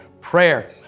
prayer